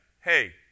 hey